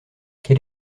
quel